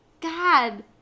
God